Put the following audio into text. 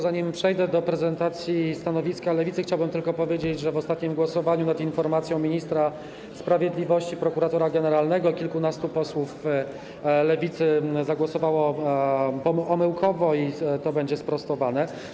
Zanim przejdę do prezentacji stanowiska Lewicy, chciałbym tylko powiedzieć, że w ostatnim głosowaniu nad informacją ministra sprawiedliwości - prokuratora generalnego kilkunastu posłów Lewicy zagłosowało omyłkowo i to będzie sprostowane.